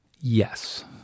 Yes